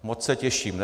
Moc se těším.